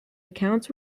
accounts